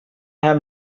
have